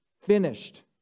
finished